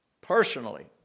Personally